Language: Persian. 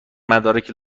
مدارک